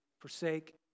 forsake